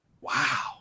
Wow